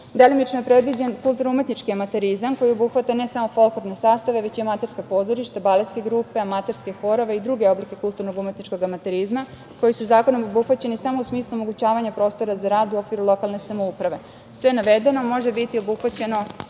je predviđen kulturno-umetnički amaterizam koji obuhvata ne samo folklorne sastave već i amaterska pozorišta, baletske grupe, amaterske horove i druge oblike kulturno-umetničkog amaterizma koji su zakonom obuhvaćeni samo u smislu omogućavanja prostora za rad u okviru lokalne samouprave. Sve navedeno može biti obuhvaćeno